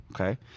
Okay